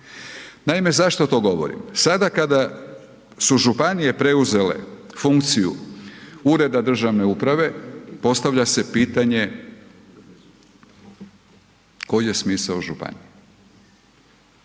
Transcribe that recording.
Naime, zašto to govorim? Sada kada su županije preuzele funkciju ureda državne uprave, postavlja se pitanje koji je smisao županija?